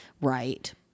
Right